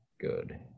good